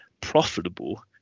profitable